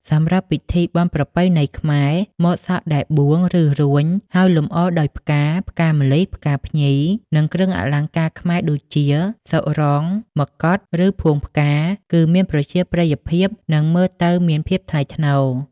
សម្រាប់ពិធីបុណ្យប្រពៃណីខ្មែរ ម៉ូតសក់ដែល បួង ឬ រួញ ហើយលម្អដោយផ្កា ផ្កាម្លិះ ផ្កាភ្ញី និងគ្រឿងអលង្ការខ្មែរដូចជា សុរង មកុដ ឬផួងផ្កា គឺមានប្រជាប្រិយភាព និងមើលទៅមានភាពថ្លៃថ្នូរ ។